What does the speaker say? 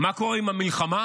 מה קורה עם המלחמה?